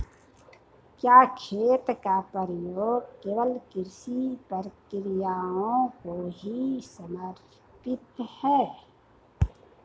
क्या खेत का प्रयोग केवल कृषि प्रक्रियाओं को ही समर्पित है?